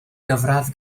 gyfradd